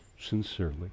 sincerely